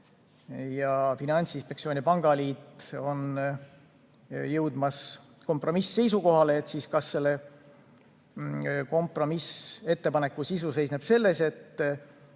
Finantsinspektsioon ja pangaliit on jõudmas kompromiss-seisukohale, siis kas selle kompromissettepaneku sisu seisneb selles, et